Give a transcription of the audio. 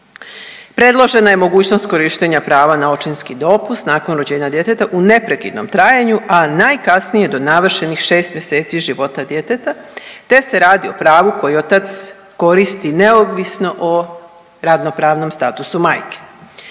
Predložena je mogućnost prava na očinski dopust nakon rođenja djeteta u neprekidnom trajanju, a najkasnije do navršenih 6 mjeseci života djeteta te se radi o pravu koji otac koristi neovisno o radno pravnom statusu majke.